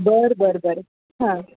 बरं बरं बरं हां